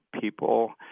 people